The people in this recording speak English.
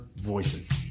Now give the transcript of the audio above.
Voices